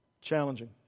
challenging